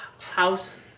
house